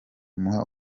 muha